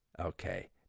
Okay